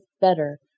better